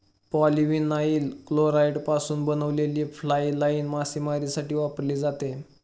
polyvinyl क्लोराईडपासून बनवलेली fly line मासेमारीसाठी वापरली जाते